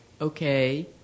okay